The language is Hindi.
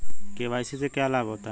के.वाई.सी से क्या लाभ होता है?